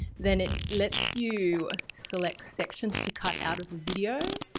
then it lets you select sections to cut out the video,